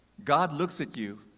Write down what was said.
god looks at you,